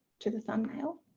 to the thumbnail